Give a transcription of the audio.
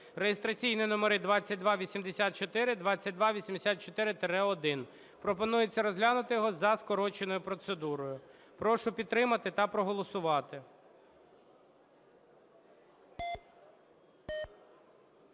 (реєстраційні номери 2284, 2284-1). Пропонується розглянути його за скороченою процедурою. Прошу підтримати та проголосувати.